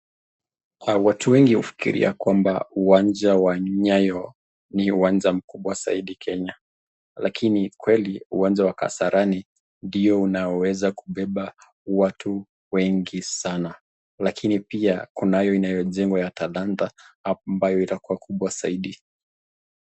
Watu wengi hufikirikia kwamba uwanja wa Nyayo ni uwanja mkubwa zaidi nchini Kenya, lakini kweli uwanja wa Kasarani ndio unaoweza kubeba watu wengi sana, lakini pia kunayo inayojengwa ya Talanta ambayo itakuwa kubwa zaidi.